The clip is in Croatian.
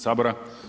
Sabora.